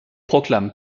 proclame